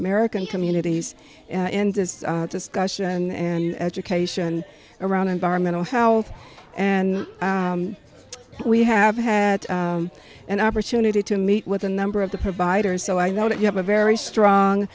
american communities in this discussion and education around environmental how and we have had an opportunity to meet with a number of the providers so i know that you have a very strong